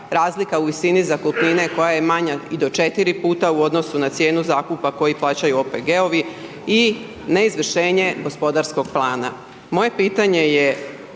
razlika u visini zakupnine, koja je manja i do 4 puta u odnosu na cijenu zakupa koji plaćaju OPG-ovi i neizvršenje gospodarskog plana. Moje pitanje je,